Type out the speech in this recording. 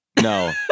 No